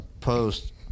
post